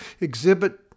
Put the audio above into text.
exhibit